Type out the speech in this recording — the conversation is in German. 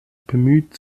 bemüht